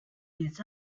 les